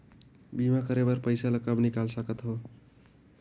बीमा कर पइसा ला कब निकाल सकत हो?